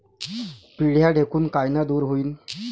पिढ्या ढेकूण कायनं दूर होईन?